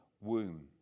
womb